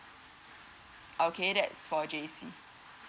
okay that's for J_C